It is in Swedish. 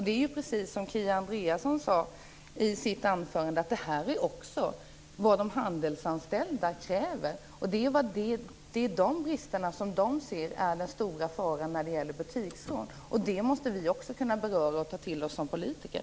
Det är precis så som Kia Andreasson sade i sitt anförande, att det här också är vad de handelsanställda kräver. De ser dessa brister som den stora faran när det gäller butiksrån, och det måste vi kunna beröra och ta till oss som politiker.